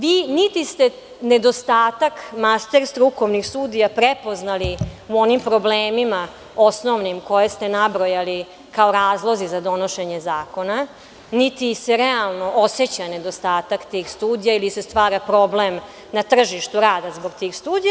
Vi niti ste nedostatak master strukovnih studija prepoznali u onim problemima osnovnim koje ste nabrojali kao razlozi za donošenje zakona, niti se realno oseća nedostatak tih studija, ili se stvara problem na tržištu rada zbog tih studija.